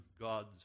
God's